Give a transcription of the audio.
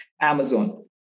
Amazon